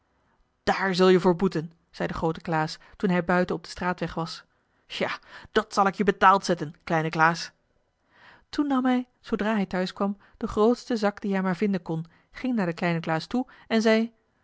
daar zul je voor boeten zei de groote klaas toen hij buiten op den straatweg was ja dat zal ik je betaald zetten kleine klaas toen nam hij zoodra hij thuis kwam den grootsten zak dien hij maar vinden kon ging naar den kleinen klaas toe en zei